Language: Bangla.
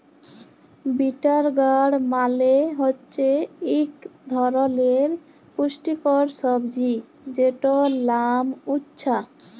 বিটার গাড় মালে হছে ইক ধরলের পুষ্টিকর সবজি যেটর লাম উছ্যা